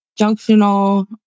junctional